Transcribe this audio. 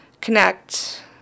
connect